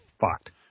fucked